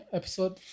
episode